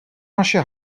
naše